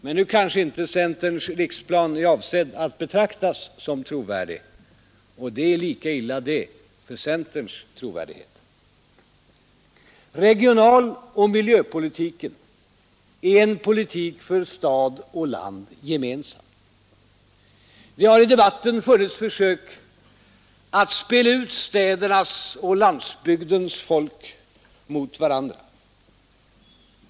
Men nu kanske inte centerns riksplan är avsedd att betraktas som trovärdig. Det är lika illa det för centerns trovärdighet. Regionaloch miljöpolitiken är en politik för stad och land, gemensamt. Det har i debatten funnits försök att spela ut städernas och landsbygdens befolkning mot varandra.